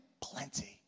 plenty